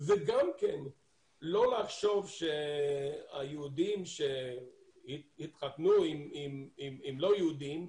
וגם לא לחשוב שהיהודים שהתחתנו עם לא יהודים,